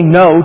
no